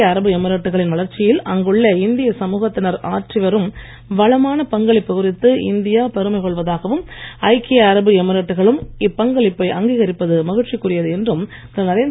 ஐக்கிய அரசு எமிரேட்டுகளின் வளர்ச்சியில் அங்குள்ள இந்திய சமூகத்தினர் ஆற்றி வரும் வளமாக பங்களிப்பு குறித்து இந்தியா பெருமைக் கொள்வதாகவும் ஐக்கிய அரசு எமிரேட்டுகளும் இப்பங்களிப்பை அங்கீகரிப்பது மகிழ்ச்சிக்குரியது என்றும் திரு